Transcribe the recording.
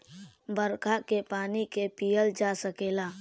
बरखा के पानी के पिअल जा सकेला